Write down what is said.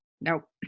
Nope